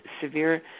severe